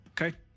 Okay